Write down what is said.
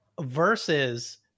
versus